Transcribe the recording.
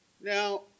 Now